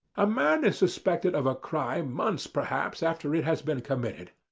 a man is suspected of a crime months perhaps after it has been committed.